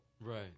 right